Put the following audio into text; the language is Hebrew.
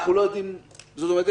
זאת אומרת,